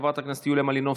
חברת הכנסת יוליה מלינובסקי,